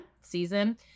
season